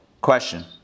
question